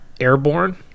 airborne